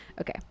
Okay